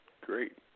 Great